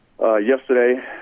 yesterday